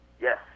Yes